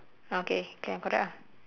okay can correct ah